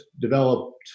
developed